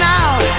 out